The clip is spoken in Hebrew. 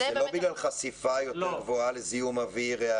זה לא בגלל חשיפה יותר גבוהה לזיהום אוויר,